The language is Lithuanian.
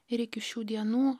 ir iki šių dienų